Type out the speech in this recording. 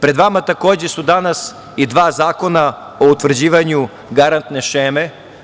Pred vama, takođe, su danas i dva zakona o utvrđivanju garantne šeme.